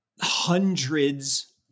hundreds